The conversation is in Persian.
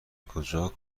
کجا